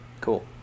Cool